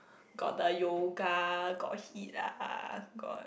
got the yoga got HIIT lah got